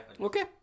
Okay